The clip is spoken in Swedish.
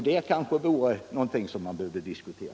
Det kanske vore någonting som man skulle diskutera.